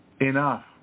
enough